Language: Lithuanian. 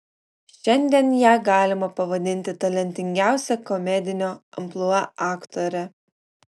šiandien ją galima pavadinti talentingiausia komedinio amplua aktore